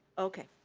okay.